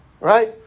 Right